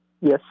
Yes